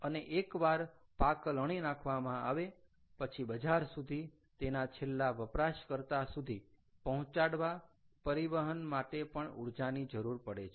અને એકવાર પાક લણી નાખવામાં આવે પછી બજાર સુધી તેના છેલ્લા વપરાશકર્તા સુધી પહોંચાડવા પરિવહન માટે પણ ઊર્જાની જરૂર પડે છે